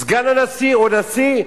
סגן הנשיא או נשיא,